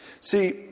see